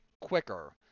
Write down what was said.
quicker